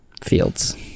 fields